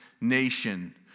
nation